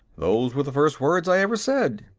those were the first words i ever said,